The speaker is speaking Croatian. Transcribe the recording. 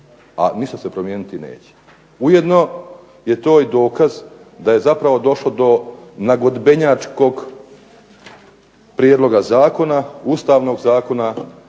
a ništa se promijeniti neće. Ujedno je to i dokaz da je zapravo došlo do nagodbenjačkog prijedloga zakona, ustavnog zakona